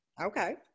okay